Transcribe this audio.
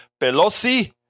Pelosi